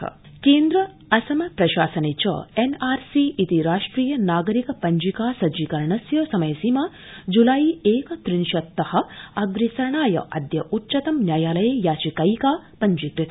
असम केन्द्र असम प्रशासने च एनआरसी इति राष्ट्रिय नागरिक पञ्जिका सज्जीकरणस्य समय सीमा ज्लाई एकत्रिंशत् तः अग्रेसरणाय अद्य उच्च्तम न्यायालये याचिकैका पञ्जीकृता